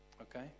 okay